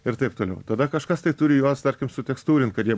ir taip toliau tada kažkas tai turi juos tarkim sutekstūrint kad jie